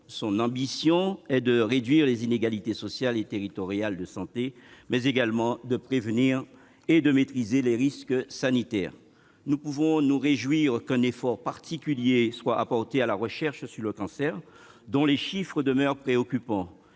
Son ambition est de réduire les inégalités sociales et territoriales de santé, mais également de prévenir et de maîtriser les risques sanitaires. Nous pouvons nous réjouir qu'un effort particulier soit apporté à la recherche sur le cancer : les chiffres de cette